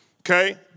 okay